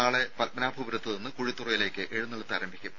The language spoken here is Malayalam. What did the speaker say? നാളെ പത്മനാഭപുരത്തുനിന്ന് കുഴിത്തുറയിലേക്ക് എഴുന്നള്ളത്ത് ആരംഭിക്കും